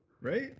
Right